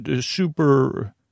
super –